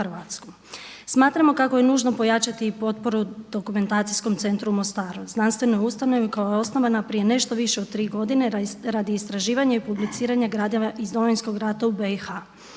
Smatramo kako je nužno pojačati i potporu Dokumentacijskom centru u Mostaru, znanstvenoj ustanovi koja je osnovana prije nešto više od 3 godine radi istraživanja i publiciranja gradiva iz Domovinskog rata u BiH.